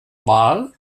war